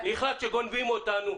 החלטת שגונבים אותנו,